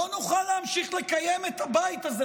לא נוכל להמשיך לקיים את הבית הזה,